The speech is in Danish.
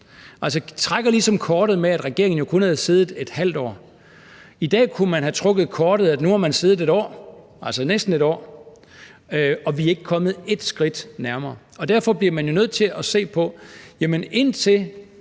Altså, han trækker ligesom kortet med, at regeringen jo kun har siddet i et halvt år. I dag kunne man have trukket kortet, at nu har man siddet i næsten et år, og vi er ikke kommet et skridt nærmere. Derfor bliver man jo nødt til at se på, at der – indtil